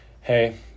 hey